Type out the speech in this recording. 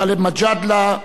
גאלב מג'אדלה,